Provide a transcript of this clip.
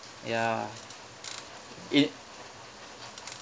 ya it